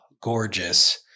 gorgeous